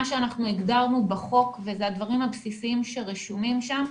שאנחנו הגדרנו בחוק וזה הדברים הבסיסיים שרשומים שם,